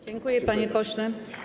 Dziękuję, panie pośle.